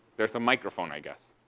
there's a microphone, i guess.